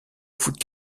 voûte